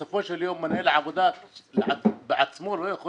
בסופו של יום מנהל העבודה בעצמו לא יכול